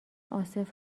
عاصف